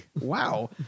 Wow